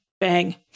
bang